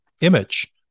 image